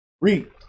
Read